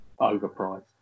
overpriced